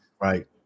Right